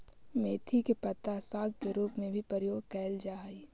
मेथी के पत्ता साग के रूप में भी प्रयोग कैल जा हइ